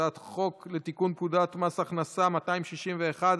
הצעת חוק לתיקון פקודת מס הכנסה (מס' 261),